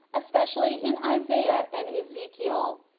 especially in isaiah and ezekiel.